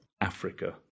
Africa